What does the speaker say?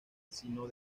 sino